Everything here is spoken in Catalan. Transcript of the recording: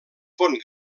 fon